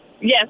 Yes